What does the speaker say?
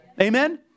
Amen